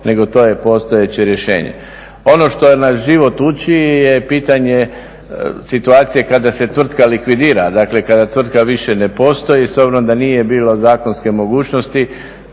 nego to je postojeće rješenje. Ono što nas život uči je pitanje situacije kada se tvrtka likvidira, dakle kada tvrtka više ne postoji. S obzirom da nije bilo zakonske mogućnosti